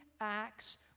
acts